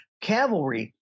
cavalry